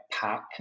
pack